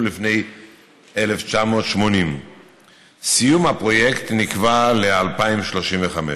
לפני 1980. סיום הפרויקט נקבע ל-2035.